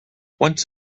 once